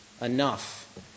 enough